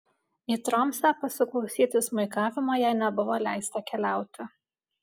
į tromsę pasiklausyti smuikavimo jai nebuvo leista keliauti